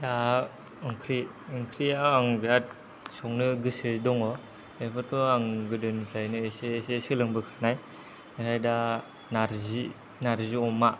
ओंख्रि ओंख्रिया आं बेराद संनो गोसो दङ बेफोरखौ आं गोदोनिफ्रायनो एसे एसे सोलोंबोखानाय ओमफ्राय दा नारजि नारजि अमा